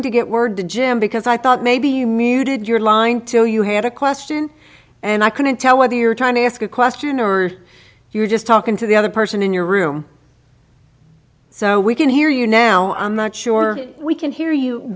to get word to jim because i thought maybe you muted your line to you had a question and i couldn't tell whether you're trying to ask a question or you're just talking to the other person in your room so we can hear you now i'm not sure we can hear you